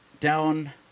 down